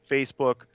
Facebook